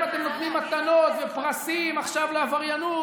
אתם נותנים מתנות ופרסים לעבריינות,